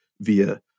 via